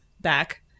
back